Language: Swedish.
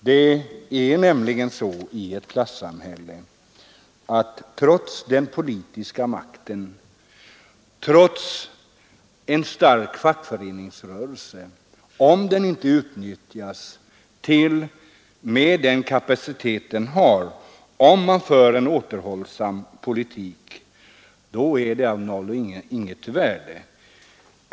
Det är nämligen så i detta klassamhälle, trots den politiska makten, trots en stark fackföreningsrörelse, att om den makten inte utnyttjas med den kapacitet den har, om man för en återhållsam politik, då är den makten av inget värde.